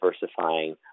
diversifying